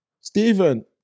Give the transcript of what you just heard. Stephen